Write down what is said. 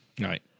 Right